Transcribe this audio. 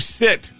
sit